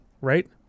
right